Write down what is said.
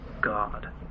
God